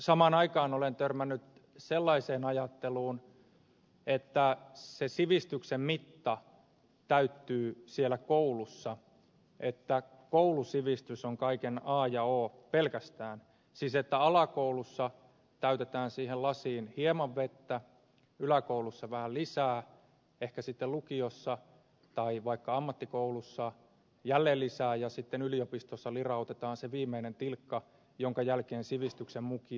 samaan aikaan olen törmännyt sellaiseen ajatteluun että se sivistyksen mitta täyttyy siellä koulussa että pelkästään koulusivistys on kaiken a ja o siis että alakoulussa täytetään siihen lasiin hieman vettä yläkoulussa vähän lisää ehkä sitten lukiossa tai vaikka ammattikoulussa jälleen lisää ja sitten yliopistossa lirautetaan se viimeinen tilkka jonka jälkeen sivistyksen muki on täynnä